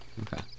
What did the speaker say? Okay